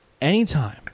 Anytime